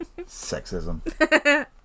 Sexism